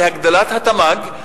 להגדלת התמ"ג,